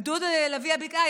גדוד לביאי הבקעה,